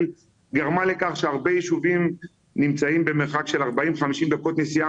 גרמה לכך שהרבה יישובים נמצאים במרחק של 40 50 דקות נסיעה